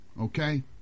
Okay